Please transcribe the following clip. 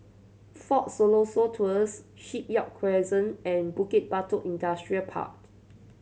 Fort Siloso Tours Shipyard Crescent and Bukit Batok Industrial Part